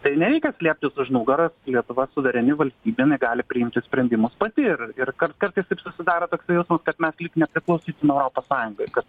tai nereikia slėptis už nugaros lietuva suvereni valstybė jinai gali priimti sprendimus pati ir ir kar kartais taip susidaro toksai jausmas kad mes lyg nepriklausytume europos sąjungai kad